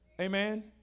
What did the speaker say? Amen